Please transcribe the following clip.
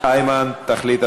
איימן, תחליט,